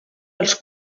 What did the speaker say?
els